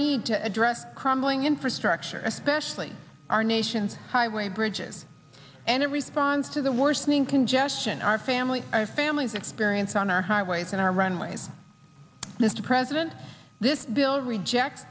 need to address crumbling infrastructure especially our nation's highway bridges and in response to the worsening congestion our families our families experience on our highways and our runways mr president this bill rejects